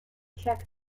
check